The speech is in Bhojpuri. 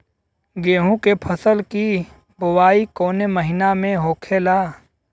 गेहूँ के फसल की बुवाई कौन हैं महीना में होखेला?